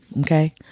Okay